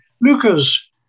Luca's